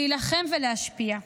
להילחם ולהשפיע.